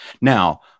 Now